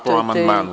Da, po amandmanu.